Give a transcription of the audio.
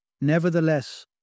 Nevertheless